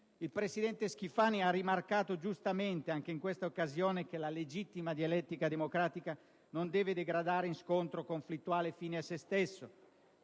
Il presidente Schifani ha rimarcato giustamente anche in questa occasione che la legittima dialettica democratica non deve degradare in scontro conflittuale fine a se stesso.